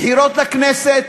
בחירות לכנסת,